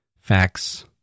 facts